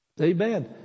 Amen